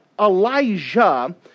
Elijah